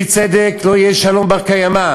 ובלי צדק לא יהיה שלום בר-קיימא.